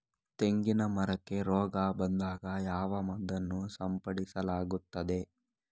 ತೆಂಗಿನ ಮರಕ್ಕೆ ರೋಗ ಬಂದಾಗ ಯಾವ ಮದ್ದನ್ನು ಸಿಂಪಡಿಸಲಾಗುತ್ತದೆ?